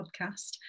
podcast